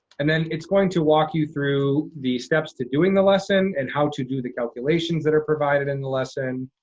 and then it's going to walk you through the steps to doing the lesson and how to do the calculations that are provided in the lesson.